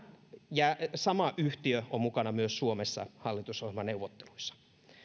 sama yhtiö on mukana myös suomessa hallitusohjelmaneuvotteluissa